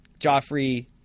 Joffrey